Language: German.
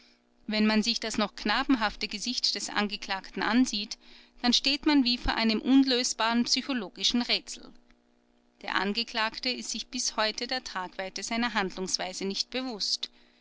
wenn man sich das noch knabenhafte gesicht des angeklagten ansieht dann steht man wie vor einem unlösbaren psychologischen rätsel der angeklagte ist sich bis heute der tragweite seiner handlungsweise nicht bewußt